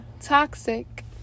toxic